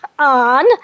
on